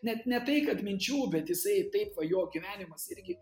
net ne tai kad minčių bet jisai taip va jo gyvenimas irgi